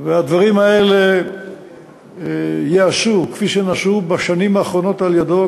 והדברים האלה ייעשו כפי שנעשו בשנים האחרונות על-ידו.